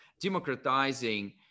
democratizing